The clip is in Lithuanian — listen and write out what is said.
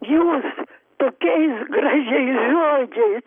jūs tokiais gražiais žodžiais